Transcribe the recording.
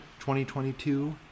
2022